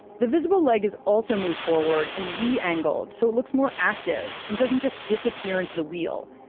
the visible leg is also moved forward and re-angled, so it looks more active, and doesn't just disappear into the wheel.